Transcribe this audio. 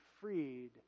freed